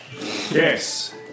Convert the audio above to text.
Yes